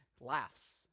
laughs